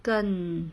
更